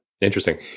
Interesting